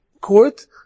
court